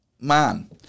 man